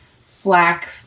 Slack